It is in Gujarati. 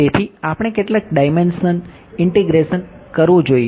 તેથી આપણે કેટલા ડાઈમેંશનલ ઇંટિગ્રેશન કરવું જોઈએ